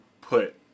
put